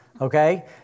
Okay